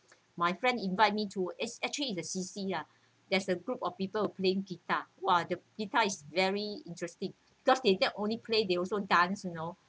my friend invite me to is actually is the C_C lah there's a group of people will playing guitar !wah! the guitar is very interesting because they not only play they also dance you know